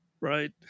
right